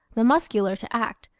the muscular to act,